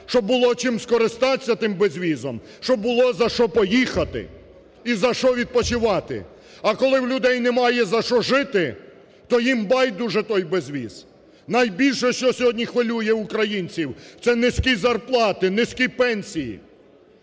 щоб було чим скористатися тим безвізом, щоб було за що поїхати і за що відпочивати. А коли в людей немає за що жити, то їм байдуже той безвіз. Найбільше, що сьогодні хвилює українців, це низькі зарплати, низькі пенсії.